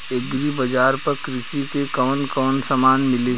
Agri बाजार पर कृषि के कवन कवन समान मिली?